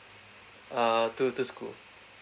uh to to school